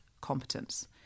competence